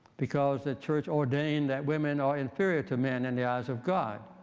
because the church ordained that women are inferior to men in the eyes of god.